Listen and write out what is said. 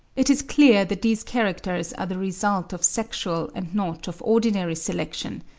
it is clear that these characters are the result of sexual and not of ordinary selection,